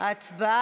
בועז טופורובסקי,